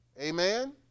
Amen